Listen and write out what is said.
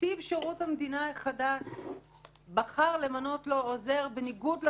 שנציב שירות המדינה החדש בחר למנות לו עוזר בניגוד לתקשי"ר,